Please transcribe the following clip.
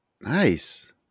nice